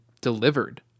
delivered